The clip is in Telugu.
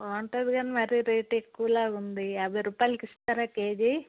బాగుంటుంది కానీ మరి రేట్ ఎక్కువ లాగా ఉంది యాభై రూపాయలకు ఇస్తారా కేజీ